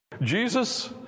Jesus